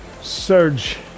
surge